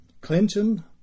Clinton